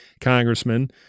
Congressman